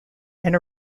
and